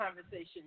conversation